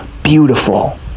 beautiful